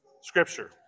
Scripture